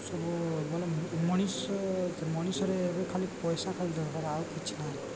ସବୁ ଗଲେ ମଣିଷ ମଣିଷରେ ଏବେ ଖାଲି ପଇସା ଖାଲି ଦରକାର ଆଉ କିଛି ନାହିଁ